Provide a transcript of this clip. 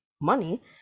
money